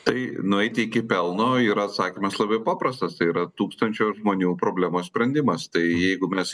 tai nueiti iki pelno yra atsakymas labai paprastas tai yra tūkstančio žmonių problemos sprendimas tai jeigu mes